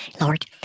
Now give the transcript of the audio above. Lord